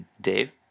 Dave